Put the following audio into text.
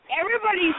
everybody's